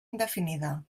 indefinida